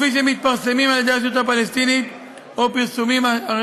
כפי שמתפרסמים על ידי הרשות הפלסטינית או בפרסומים אחרים.